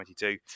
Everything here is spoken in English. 2022